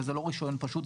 וזה לא רישיון פשוט,